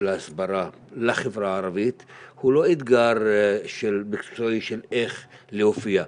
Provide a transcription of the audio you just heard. ההסברה לחברה הערבית הוא לא אתגר מקצועי של איך להופיע,